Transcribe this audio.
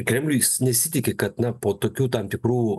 kremlius nesitiki kad na po tokių tam tikrų